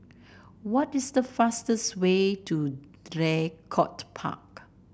what is the fastest way to Draycott Park